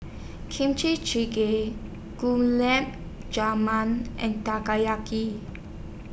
Kimchi Jjigae Gulab Jamun and